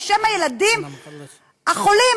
בשם הילדים החולים,